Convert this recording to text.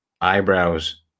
eyebrows